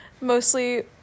Mostly